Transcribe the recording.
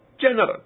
General